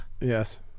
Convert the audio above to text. yes